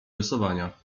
rysowania